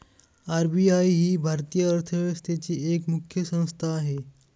RBI ही भारतीय अर्थव्यवस्थेची एक मुख्य संस्था आहे